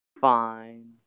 Fine